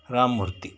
Rammurthy